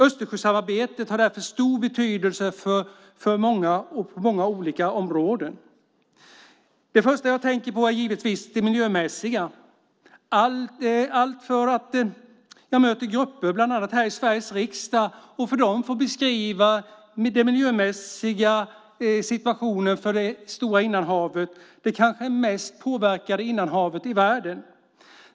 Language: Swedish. Östersjösamarbetet har därför stor betydelse för många olika områden. Det första jag tänker på är givetvis det miljömässiga. Jag möter grupper bland annat här i Sveriges riksdag, och för dem brukar jag beskriva den miljömässiga situationen för det stora innanhavet - det kanske mest påverkade innanhavet i världen.